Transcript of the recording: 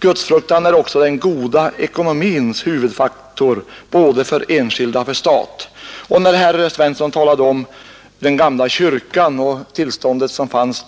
Gudsfruktan är också den goda ekonomins huvudfaktor både för enskilda och för stat. När herr Svensson talade om den gamla kyrkan och det tillstånd som då fanns